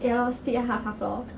ya lor split half half lor